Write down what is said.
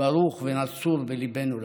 ברוך ונצור בליבנו לעד.